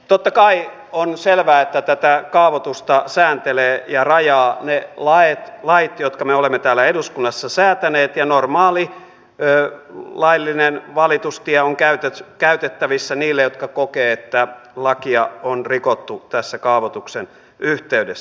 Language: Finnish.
totta kai on selvää että tätä kaavoitusta sääntelevät ja rajaavat ne lait jotka me olemme täällä eduskunnassa säätäneet ja normaali laillinen valitustie on käytettävissä niille jotka kokevat että lakia on rikottu tässä kaavoituksen yhteydessä